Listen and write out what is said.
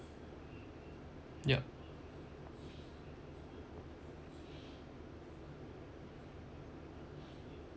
yup